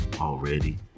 already